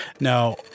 Now